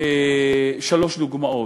שלוש דוגמאות,